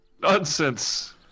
Nonsense